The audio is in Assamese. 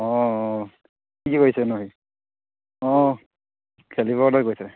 অঁ অঁ সি কি কৰিছেনো সি অঁ খেলিবলৈ গৈছে